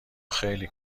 خیلی